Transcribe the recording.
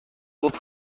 گفت